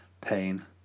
pain